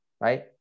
right